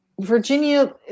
Virginia